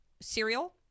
cereal